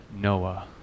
Noah